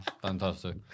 Fantastic